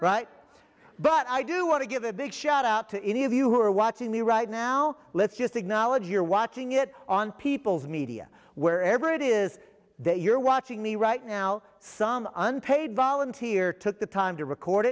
right but i do want to give a big shout out to any of you who are watching me right now let's just acknowledge you're watching it on people's media wherever it is that you're watching me right now some unpaid volunteer took the time to record